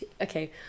Okay